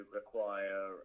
require